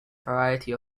variety